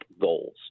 goals